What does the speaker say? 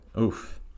Oof